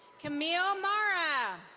camille mara.